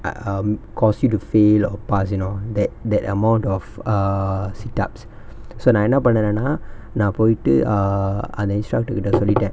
err um because you to fail or pass you know that that amount of err sit ups so நா என்ன பண்ணுனனா நா போய்ட்டு:naa enna pannunanaa naa poittu err அந்த:antha instructor uh கிட்ட சொல்லிட்ட:kitta sollitta